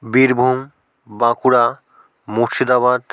Birbhum Bankura Murshidabad